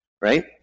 Right